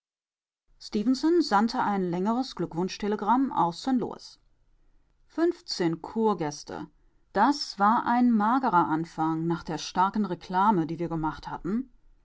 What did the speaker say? sandte ein längeres glückwunschtelegramm aus st louis fünfzehn kurgäste das war ein magerer anfang nach der starken reklame die wir gemacht hatten